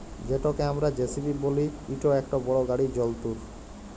যেটকে আমরা জে.সি.বি ব্যলি ইট ইকট বড় গাড়ি যল্তর